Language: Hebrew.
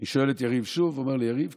ושואל שוב את יריב, והוא אומר לי: כן,